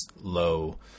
low